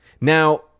Now